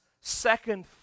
second